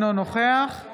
אינו נוכח מכלוף